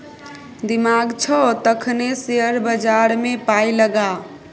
दिमाग छौ तखने शेयर बजारमे पाय लगा